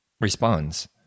responds